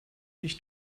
ich